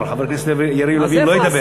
חבר הכנסת יריב לוין לא ידבר.